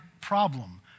problem